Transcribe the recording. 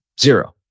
zero